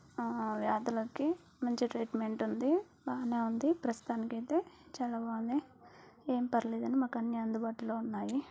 వ్యాధులకి మంచి ట్రీట్మెంట్ ఉంటుంది బాగానే ఉంది ప్రస్తుతానికైతే చాలా బాగుంది ఏం పర్లేదండి మాకన్నీ అందుబాటులో ఉన్నాయి